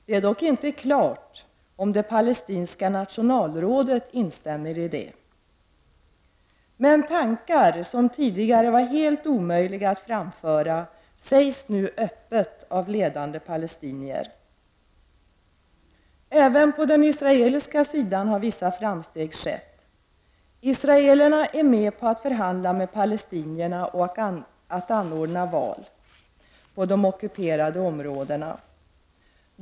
Det är dock inte klart om det palestinska nationalrådet instämmer i detta. Men tankar som tidigare var helt omöjliga att framföra uttalas nu öppet av ledande palestinier. Även på den israeliska sidan har vissa framsteg skett. Israelerna är med på att förhandla med palestinierna och att anordna val på de ockuperade områdena.